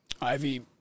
ivy